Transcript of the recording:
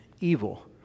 evil